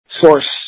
source